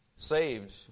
saved